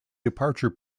departure